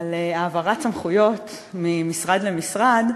על העברת סמכויות ממשרד למשרד,